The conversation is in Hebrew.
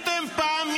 עוד פעם,